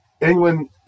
England